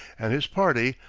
and his party,